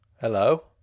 Hello